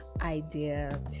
idea